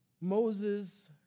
Moses